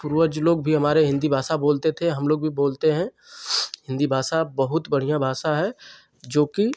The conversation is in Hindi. पूर्वज लोग भी हमारे हिन्दी भाषा बोलते थे हमलोग भी बोलते हैं हिन्दी भाषा बहुत बढ़ियाँ भाषा है जोकि